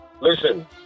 listen